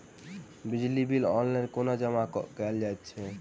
बिजली bill online कोना जमा कएल जाइत अछि?